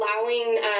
Allowing